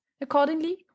accordingly